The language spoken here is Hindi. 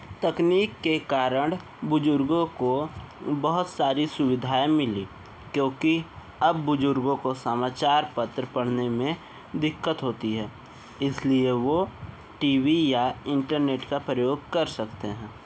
तकनीक के कारण बुजुर्गों को बहुत सारी सुविधाएं मिली क्योंकि अब बुजुर्गों को समाचार पत्र पढ़ने में दिक्कत होती है इसलिए वो टी वी या इंटरनेट का प्रयोग कर सकते हैं